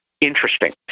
interesting